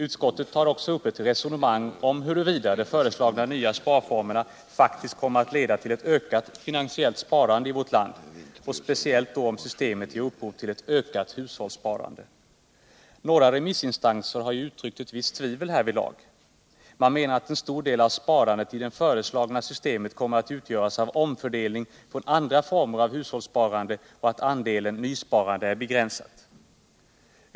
Utskottet tar också upp ett resonemang om huruvida de föreslagna nya sparformerna faktiskt kommer att leda till ett ökat finansiellt sparande i vårt land, och speciellt då om systemet ger upphov till ett ökat hushållssparande. Några remissinstanser har ju uttryckt ett visst tvivel härvidlag. Man menar att en stor del av sparandet i det föreslagna systemet kommer att utgöras av omfördelning från andra former av hushållssparande och att andelen nysparande är begränsad.